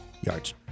yards